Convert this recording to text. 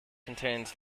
contains